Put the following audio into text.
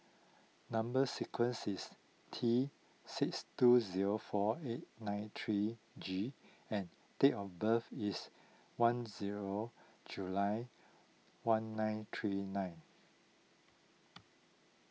Number Sequence is T six two zero four eight nine three G and date of birth is one zero July one nine three nine